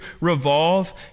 revolve